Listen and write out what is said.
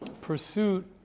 pursuit